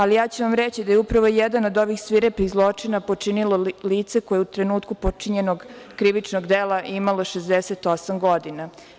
Ali, ja ću vam reći da je upravo jedan od ovih svirepih zločina počinilo lice koje je u trenutku počinjenog krivičnog dela imalo 68 godina.